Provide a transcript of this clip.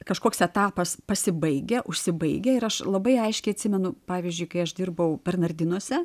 kažkoks etapas pasibaigia užsibaigia ir aš labai aiškiai atsimenu pavyzdžiui kai aš dirbau bernardinuose